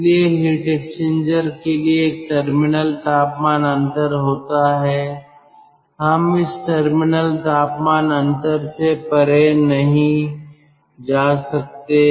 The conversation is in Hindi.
इसलिए हीट एक्सचेंजर के लिए एक टर्मिनल तापमान अंतर होता है हम इस टर्मिनल तापमान अंतर से परे नहीं जा सकते